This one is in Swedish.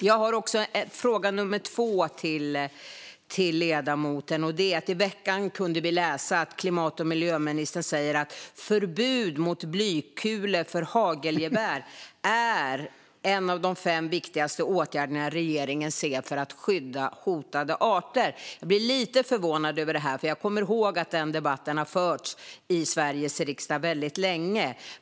Jag har en fråga nummer två till ledamoten. I veckan kunde vi läsa att klimat och miljöministern säger att förbud mot blykulor för hagelgevär är en av de fem viktigaste åtgärder regeringen ser för att skydda hotade arter. Jag blir lite förvånad över det här, för jag kommer ihåg att den debatten har förts i Sveriges riksdag väldigt länge.